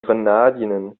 grenadinen